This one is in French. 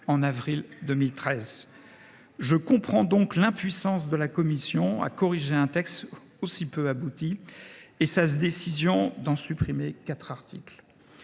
en avril 2013. Je comprends donc l’impuissance de la commission à corriger un texte aussi peu abouti et sa décision d’en supprimer quatre articles.